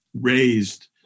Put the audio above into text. raised